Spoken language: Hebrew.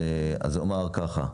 הסיעה.